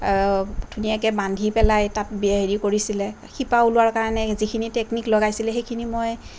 ধুনীয়াকে বান্ধি পেলাই তাত হেৰি কৰিছিলে শিপা ওলোৱাৰ কাৰণে যিখিনি টেকনিক লগাইছিলে সেইখিনি মই